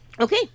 Okay